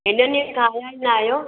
एॾनि ॾींहंनि खां आहिया ई न आहियो